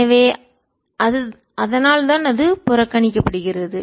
எனவே அதனால்தான் அது புறக்கணிக்கப்படுகிறது